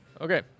Okay